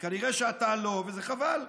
כנראה אתה לא, וזה חבל.